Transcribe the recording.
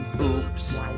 oops